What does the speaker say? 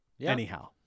Anyhow